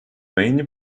mainly